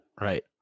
right